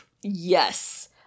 Yes